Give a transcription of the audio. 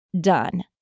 done